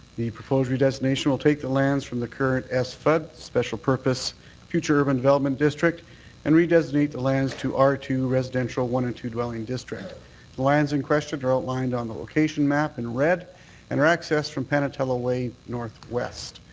the proposed redesignation will take the lands from the current sfud but special purpose future urban development district and redesignate the lands to r two residential one and two dwelling district. the lands in question are outlined on the location map in red and are accessed from panatello way northwest.